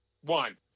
One